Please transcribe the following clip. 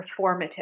performative